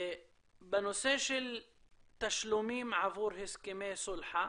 בנושא של תשלומים עבור הסכמי סולחה,